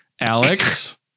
Alex